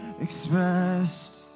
expressed